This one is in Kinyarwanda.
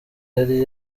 yari